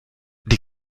die